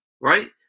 Right